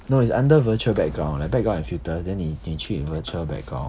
no it's under virtual background like background and filter then 你你去 virtual background